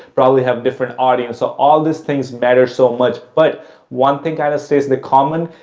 probably have different audience, so all these things matter so much. but one thing i'd say is the common,